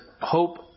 hope